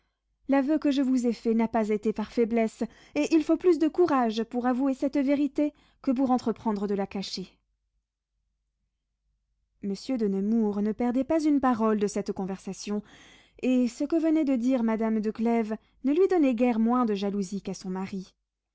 l'aveu que je vous ai fait n'a pas été par faiblesse et il faut plus de courage pour avouer cette vérité que pour entreprendre de la cacher monsieur de nemours ne perdait pas une parole de cette conversation et ce que venait de dire madame de clèves ne lui donnait guère moins de jalousie qu'à son mari